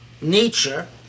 nature